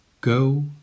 Go